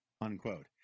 unquote